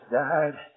died